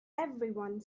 everyone